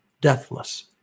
deathless